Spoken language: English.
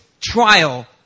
trial